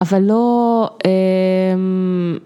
אבל לא.